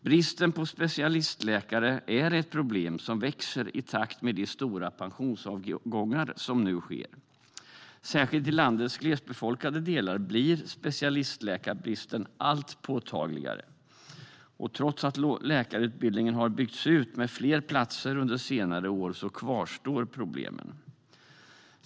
Bristen på specialistläkare är ett problem som växer i takt med de stora pensionsavgångar som nu sker. Särskilt i landets glesbefolkade delar blir specialistläkarbristen allt påtagligare. Trots att läkarutbildningen har byggts ut med fler platser under senare år kvarstår problemen.